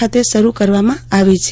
ખાતે શરૂ કરવામાં આવી છે